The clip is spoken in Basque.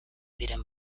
diren